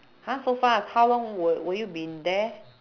!huh! so fast how long were were you been in there